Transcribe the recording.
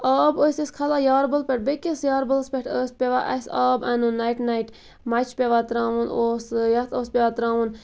آب ٲسۍ أسۍ کھلان یاربَل پٮ۪ٹھ بیٚکِس یاربلَس پٮ۪ٹھ اوس پیٚوان اَسہِ آب اَنُن نَٹہِ نَٹہِ مَچہِ پیٚوان تراوُن اوس یتھ اوس پیٚوان تراوُن